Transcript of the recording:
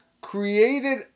created